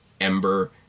Ember